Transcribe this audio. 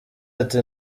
ati